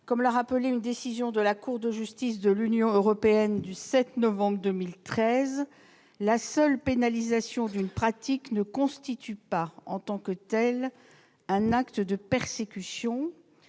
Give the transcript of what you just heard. Comme l'a rappelé une décision de la Cour de justice de l'Union européenne du 7 novembre 2013, la seule pénalisation d'une pratique ne constitue pas, en tant que telle, un acte de persécution,